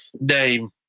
name